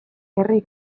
herri